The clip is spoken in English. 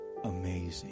amazing